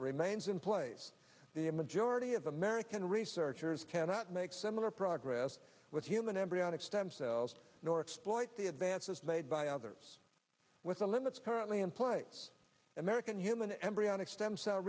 remains in place the majority of american researchers cannot make similar progress with human embryonic stem cells nor exploiting the advances made by others with the limits currently in place american human embryonic stem cell